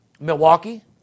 Milwaukee